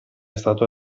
stato